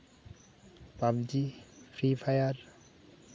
PUBG Free Fire